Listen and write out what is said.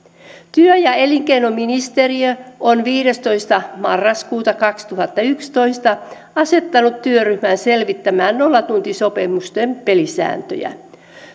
työ ja elinkeinoministeriö on viidestoista marraskuuta kaksituhattayksitoista asettanut työryhmän selvittämään nollatuntisopimusten pelisääntöjä